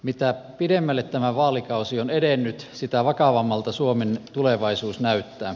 mitä pidemmälle tämä vaalikausi on edennyt sitä vakavammalta suomen tulevaisuus näyttää